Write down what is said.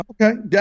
Okay